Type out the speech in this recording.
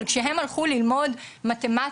אבל כשהם הלכו ללמוד מתמטיקה,